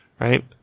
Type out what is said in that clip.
right